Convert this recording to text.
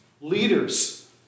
leaders